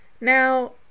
Now